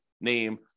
name